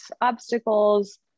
obstacles